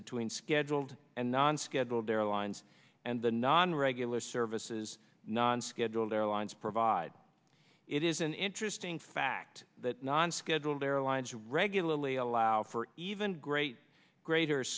between scheduled and non scheduled airlines and the non regular services non scheduled airlines provide it is an interesting fact that non scheduled airlines regularly allow for even great greater